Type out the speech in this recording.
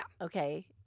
Okay